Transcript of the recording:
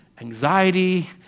anxiety